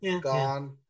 Gone